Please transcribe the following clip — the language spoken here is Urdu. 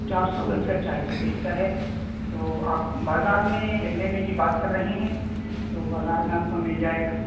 چار سو گز کا چاہیے بہتر ہے تو آپ بازار میں لینے کی بات کر رہے ہیں تو بازار میں آپ کو مل جائے گا